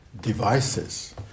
devices